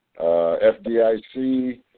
FDIC